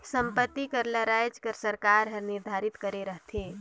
संपत्ति कर ल राएज कर सरकार हर निरधारित करे रहथे